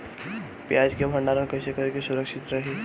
प्याज के भंडारण कइसे करी की सुरक्षित रही?